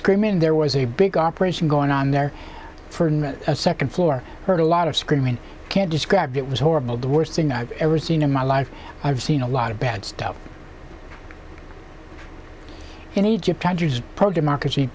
screaming and there was a big operation going on there for a second floor heard a lot of screaming can't describe it was horrible the worst thing i've ever seen in my life i've seen a lot of bad stuff in egypt hundreds of pro democracy